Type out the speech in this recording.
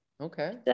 Okay